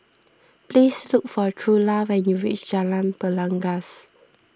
please look for Trula when you reach Jalan Belangkas